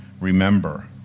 remember